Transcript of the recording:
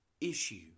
issue